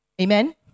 Amen